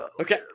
Okay